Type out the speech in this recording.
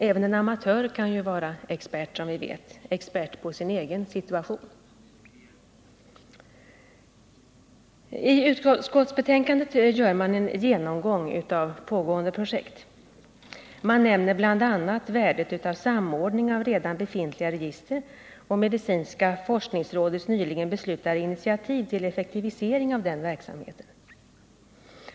Även en amatör kan ju som vi vet vara expert — expert på sin egen situation. I utskottsbetänkandet gör man en genomgång av pågående projekt. Man nämner bl.a. värdet av samordning av redan befintliga register och medicinska forskningsrådets nyligen beslutade initiativ till effekt:visering av den verksamheten.